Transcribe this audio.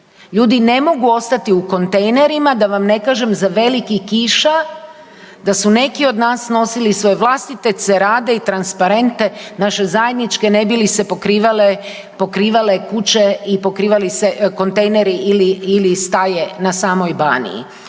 Ljudi ne mogu ostati u kontejnerima, da vam ne kažem za velikih kiša da su neki od nas nosili svoje vlastite cerade i transparente naše zajedničke, ne bi li se pokrivale kuće i pokrivali se kontejneri ili staje na samoj Baniji.